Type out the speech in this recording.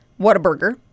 Whataburger